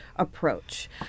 approach